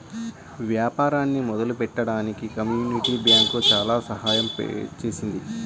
వ్యాపారాన్ని మొదలుపెట్టడానికి community bank చాలా సహాయం చేసింది